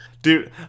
Dude